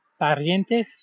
parientes